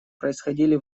происходили